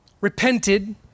repented